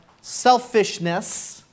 selfishness